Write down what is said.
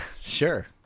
sure